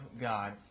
God